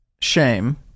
shame